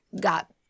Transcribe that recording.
got